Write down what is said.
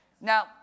Now